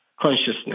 consciousness